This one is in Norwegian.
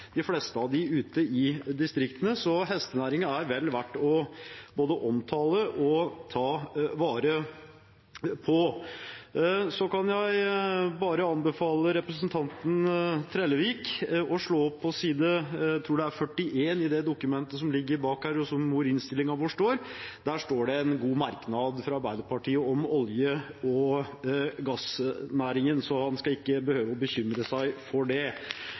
de fleste av dem ute i distriktene, så hestenæringen er vel verdt å både omtale og ta vare på. Så kan jeg bare anbefale representanten Trellevik å slå opp på side – jeg tror det er – 41 i det dokumentet som ligger bak her, og der innstillingen vår står. Der er det en god merknad fra Arbeiderpartiet om olje- og gassnæringen, så han skal ikke behøve å bekymre seg for det.